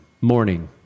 Morning